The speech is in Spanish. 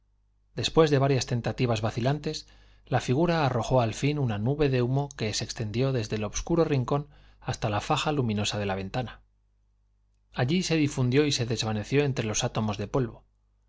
después de varias tentativas vacilantes la figura arrojó al fin una nube de humo que se extendió desde el obscuro rincón hasta la faja luminosa de la ventana allí se difundió y se desvaneció entre los átomos de polvo